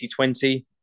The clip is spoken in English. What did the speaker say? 2020